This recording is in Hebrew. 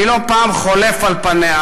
אני לא פעם חולף על פניה,